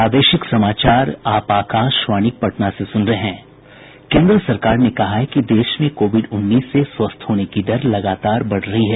केन्द्र सरकार ने कहा है कि देश में कोविड उन्नीस से स्वस्थ होने की दर लगातार बढ़ रही है